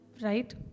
right